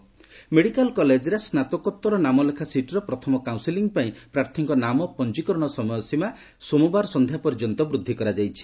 ଗଭ୍ PG medical କଲେଜ୍ରେ ସ୍ନାତ୍ତୋକରେ ନାମଲେଖା ସିଟ୍ର ପ୍ରଥମ କାଉନ୍ସେଲି ପାଇଁ ପ୍ରାର୍ଥୀଙ୍କ ନାମ ପଞ୍ଜୀକରଣ ସମୟସୀମା ସୋମବାର ସନ୍ଧ୍ୟା ପର୍ଯ୍ୟନ୍ତ ବୂଦ୍ଧି କରିଛନ୍ତି